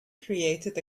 created